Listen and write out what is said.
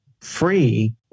free